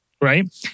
right